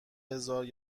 هزار